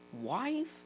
wife